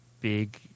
big